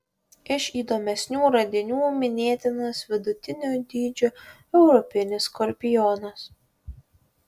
iš įdomesnių radinių minėtinas vidutinio dydžio europinis skorpionas